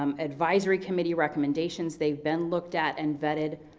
um advisory committee recommendations. they've been looked at and vetted,